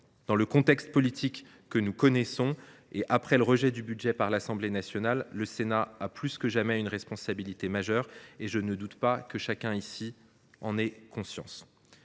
Dans le contexte politique que nous connaissons, et après le rejet du projet de budget par l’Assemblée nationale, le Sénat a plus que jamais une responsabilité majeure ; je ne doute pas que chacun d’entre vous en ait conscience.